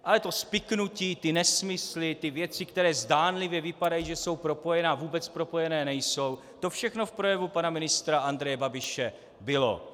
Ale to spiknutí, ty nesmysly, ty věci, které zdánlivě vypadají, že jsou propojené, a vůbec propojené nejsou, to všechno v projevu pana ministra Andreje Babiše bylo.